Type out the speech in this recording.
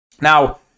Now